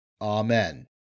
Amen